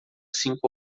cinco